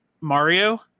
Mario